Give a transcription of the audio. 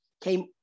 came